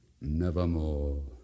nevermore